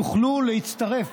יוכלו להצטרף